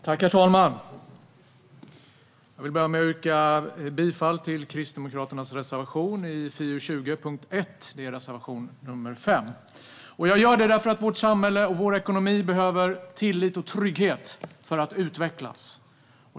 Herr talman! Jag vill börja med att yrka bifall till Kristdemokraternas reservation 5 i FiU20, punkt 1. Jag gör det därför att vårt samhälle och vår ekonomi behöver tillit och trygghet för att utvecklas.